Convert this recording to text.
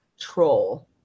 troll